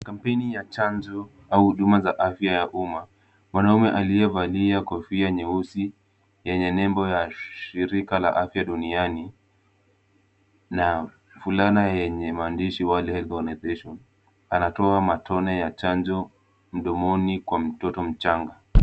Kampeni za chanjo au huduma za afya ya umma. Mwanaume aliyevalia kofia nyeusi yenye nembo ya shirika la afya duniani na fulana yenye maandishi World Health Organization anatoa matone ya chanjo mdomoni kwa mtoto mchanga.